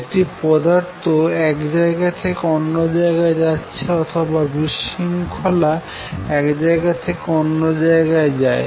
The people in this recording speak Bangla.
একটি পদার্থ এক জায়গা থেকে অন্য জাগায় যাচ্ছে অথবা বিশৃঙ্খলা এক জায়গা থেকে অন্য জায়গায় যায়